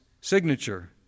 signature